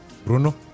Bruno